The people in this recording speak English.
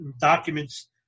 documents